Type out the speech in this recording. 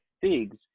figs